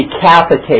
decapitate